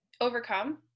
Overcome